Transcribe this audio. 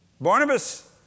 Barnabas